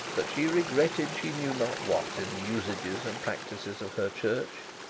that she regretted she knew not what in the usages and practices of her church.